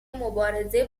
مبارزه